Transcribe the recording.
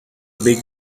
big